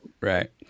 Right